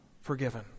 forgiven